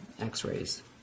x-rays